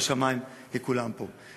מהשמים לכולם פה.